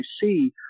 see